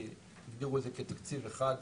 כי הגדירו את זה כתקציב אחד,